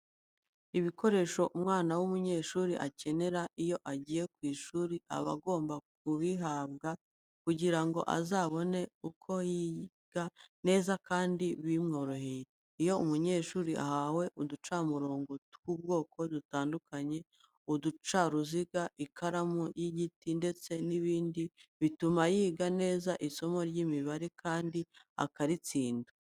Ibikoresho umwana w'umunyeshuri akenera iyo agiye ku ishuri aba agomba kubihabwa kugira ngo azabone uko yiga neza kandi bimworoheye. Iyo umunyeshuri ahawe uducamurongo tw'ubwoko butandukanye, uducaruziga, ikaramu y'igiti ndetse n'ibindi bituma yiga neza isomo ry'imibare kandi akaritsinda.